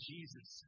Jesus